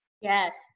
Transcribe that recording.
Yes